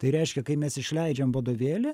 tai reiškia kai mes išleidžiam vadovėlį